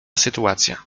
sytuacja